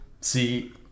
see